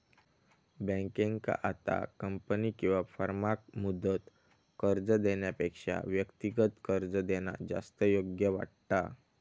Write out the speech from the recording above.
बँकेंका आता कंपनी किंवा फर्माक मुदत कर्ज देण्यापेक्षा व्यक्तिगत कर्ज देणा जास्त योग्य वाटता